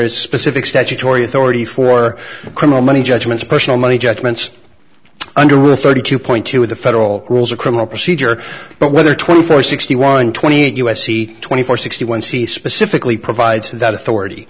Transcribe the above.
is specific statutory authority for criminal money judgments personal money judgments under thirty two point to the federal rules of criminal procedure but whether twenty four sixty one twenty eight u s c twenty four sixty one c specifically provides that authority